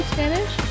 Spanish